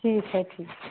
ठीक है ठीक है